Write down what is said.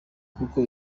kuko